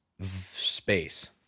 space